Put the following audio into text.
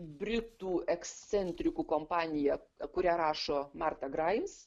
britų ekscentrikų kompaniją kurią rašo marta grains